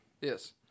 Yes